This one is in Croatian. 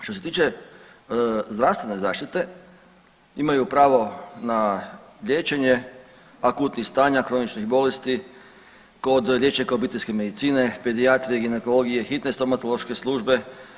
Što se tiče zdravstvene zaštite imaju pravo na liječenje akutnih stanja, kroničnih bolesti kod liječnika obiteljske medicine, pedijatrije, ginekologije, hitne stomatološke službe.